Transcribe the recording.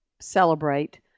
celebrate